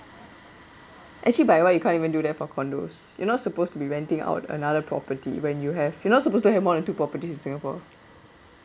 actually by right you can't even do that for condos you're not supposed to be renting out another property when you have you're not supposed to have more than two properties in singapore